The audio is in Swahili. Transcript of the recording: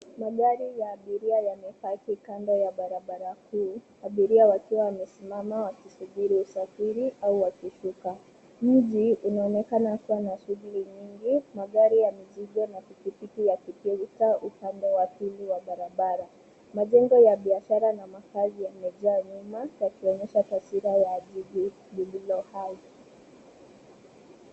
Magari ya abiria yamepaki kando ya barabara kuu abiria wakiwa wamesimama wakisubiri usafiri au wakishuka. Mji unaonekana kuwa na shughuli nyingi, magari ya mizigo na pikipiki yakipita upande wa pili wa barabara. Majengo ya biashara na makazi yamejaa nyuma yakionyesha taswira ya jiji lililo hai.